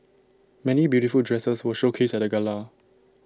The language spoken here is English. many beautiful dresses were showcased at the gala